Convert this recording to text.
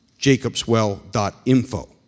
jacobswell.info